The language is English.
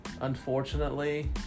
unfortunately